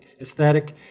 aesthetic